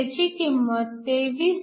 त्याची किंमत 23